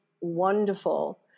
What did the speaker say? wonderful